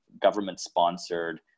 government-sponsored